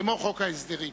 כמו חוק ההסדרים.